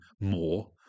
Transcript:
more